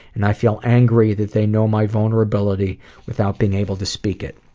and i feel angry that they know my vulnerability without being able to speak it.